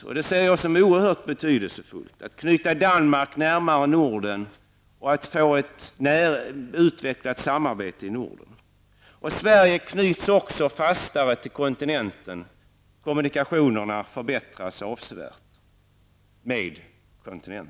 Jag ser det som oerhört betydelsefullt att knyta Danmark närmare övriga Norden och att få ett utvecklat samarbete i Norden. Sverige knyts fastare till kontinenten; kommunikationerna med kontinenten förbättras avsevärt. Herr talman!